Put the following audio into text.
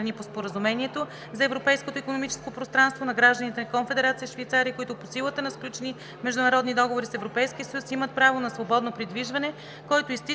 по Споразумението за Европейското икономическо пространство, на гражданите на Конфедерация Швейцария, които по силата на сключени международни договори с Европейския съюз имат право на свободно придвижване, който изтича